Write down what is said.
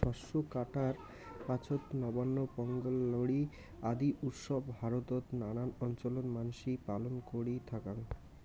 শস্য কাটার পাছত নবান্ন, পোঙ্গল, লোরী আদি উৎসব ভারতত নানান অঞ্চলত মানসি পালন করি থাকং